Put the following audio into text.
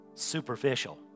superficial